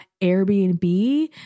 Airbnb